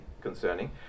concerning